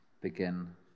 begin